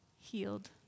Healed